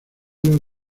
los